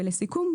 לסיכום,